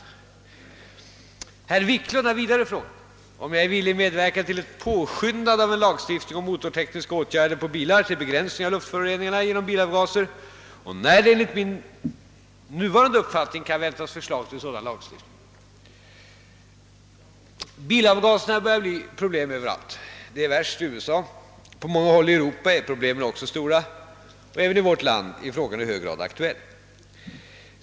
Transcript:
Herr Wiklund har vidare frågat om jag är villig medverka till ett påskyndande av en lagstiftning om motortekniska åtgärder på bilar till begränsning av luftföroreningarna genom bilavgaser och när det enligt min nuvarande uppfattning kan väntas förslag till sådan lagstiftning. Bilavgaserna börjar bli problem överallt. Det är värst i USA. På många håll i Europa är problemen också stora och även i vårt land är frågan i hög grad aktuell.